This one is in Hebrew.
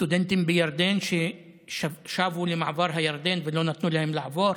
סטודנטים בירדן ששבו למעבר הירדן ולא נתנו להם לעבור,